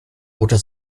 oder